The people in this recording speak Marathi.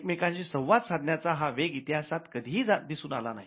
एकमेकांशी संवाद साधण्याचा हा वेग इतिहासात कधीही दिसून आला नाही